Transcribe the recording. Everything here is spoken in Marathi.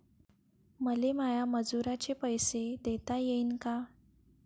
मले माया मजुराचे पैसे देता येईन का?